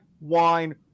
Wine